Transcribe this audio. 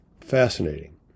fascinating